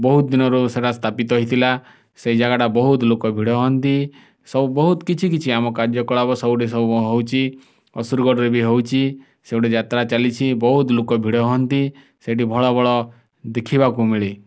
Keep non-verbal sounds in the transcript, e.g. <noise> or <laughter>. ବହୁତ ଦିନର ସେ ରାସ୍ତା <unintelligible> ହେଇଥିଲା ସେ ଯାଗାଟା ବହୁତ ଲୋକ ଭିଡ଼ ହୁଅନ୍ତି ବହୁତ କିଛି ଆମକୁ କାର୍ଯ୍ୟକଳାପ ସବୁଠି ସବୁ ହେଉଛି ଅସୁରଗଡ଼ରେ ବି ହେଉଛି ସେ ଗୋଟେ ଯାତ୍ରା ଚାଲିଛି ବହୁତ ଲୋକ ଭିଡ଼ ହୁଅନ୍ତି ସେଠି ଭଳ ଭଳ ଦେଖିବାକୁ ମିଳେ